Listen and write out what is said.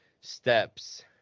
steps